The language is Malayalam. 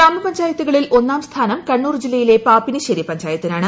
ഗ്രാമ പഞ്ചായത്തുകളിൽ ഒന്നാം സ്ഥാനം കണ്ണൂർ ജില്ലയിലെ പാപ്പിനിശ്ശേരി പഞ്ചായത്തിനാണ്